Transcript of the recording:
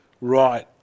right